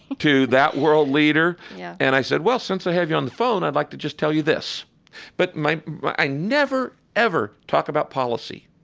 to that world leader? yeah and i said, well, since i have you on the phone, i'd like to just tell you this but my i never ever talk about policy.